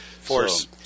force